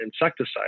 insecticide